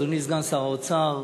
אדוני סגן שר האוצר,